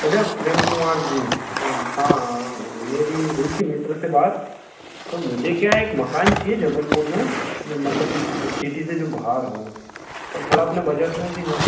अच्छा प्रेम कुमार जी हाँ मेरी हुई थी मित्र से बात तो मुझे क्या है एक मकान चाहिए जबलपुर में नहीं मतलब सिटी से जो बाहर हो और थोड़ा अपना बजट में भी हो